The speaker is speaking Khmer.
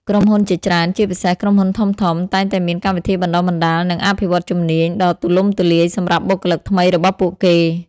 ក្រុមហ៊ុនជាច្រើន ជាពិសេស ក្រុមហ៊ុនធំៗ តែងតែមាន កម្មវិធីបណ្ដុះបណ្ដាល និងអភិវឌ្ឍន៍ជំនាញ ដ៏ទូលំទូលាយសម្រាប់បុគ្គលិកថ្មីរបស់ពួកគេ។